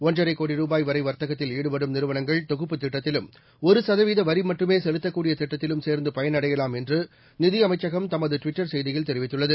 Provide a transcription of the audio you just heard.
ஒன்றரை கோடி ரூபாய் வரை வர்த்தகத்தில் ஈடுபடும் நிறுவனங்கள் தொகுப்பு திட்டத்திலும் ஒரு சதவீத வரி மட்டுமே செலுத்தக்கூடிய திட்டத்திலும் சேர்ந்து பயனடையலாம் என்று நிதியமைச்சகம் தனது ட்விடடர் செய்தியில் தெரிவித்துள்ளது